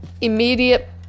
immediate